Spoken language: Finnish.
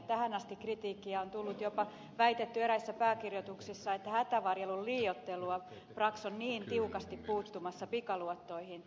tähän asti kritiikkiä on tullut jopa väitetty eräissä pääkirjoituksissa että hätävarjelun liioittelua brax on niin tiukasti puuttumassa pikaluottoihin